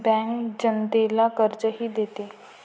bank जनतेला कर्जही देते